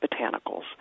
botanicals